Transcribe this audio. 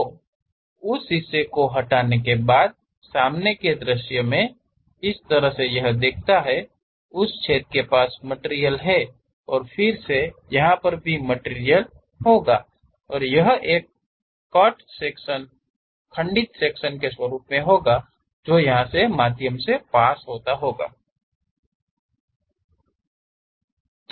तो उस हिस्से को हटाने के बाद सामने के दृश्य में इस तरह से यह दिखता है उस छेद के पास मटिरियल है और फिर से यहां पर भी मटिरियल होंगा और यह एक एक कट सेक्शन हिय जो खंडित किए गए किसी हिस्से के माध्यम से होता है